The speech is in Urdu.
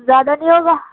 زیادہ نہیں ہوگا